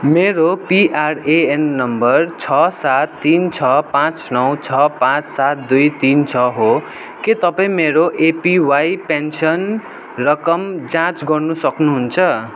मेरो PRAN number छ सात तिन छ पाँच नौ छ पाँच सात दुई तिन छ हो के तपाईँँ मेरो एपिवाई पेन्सन रकम जाँच गर्नु सक्नुहुन्छ